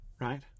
right